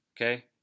okay